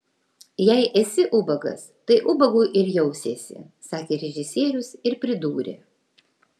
jei esi ubagas tai ubagu ir jausiesi sakė režisierius ir pridūrė